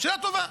שאלה טובה.